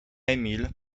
emil